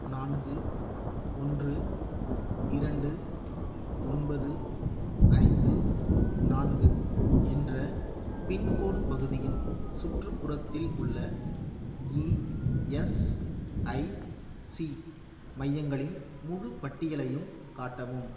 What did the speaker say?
நான்கு ஒன்று இரண்டு ஒன்பது ஐந்து நான்கு என்ற பின்கோடு பகுதியின் சுற்றுப்புறத்தில் உள்ள இஎஸ்ஐசி மையங்களின் முழுப் பட்டியலையும் காட்டவும்